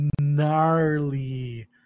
gnarly